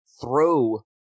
throw